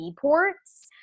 ports